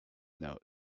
note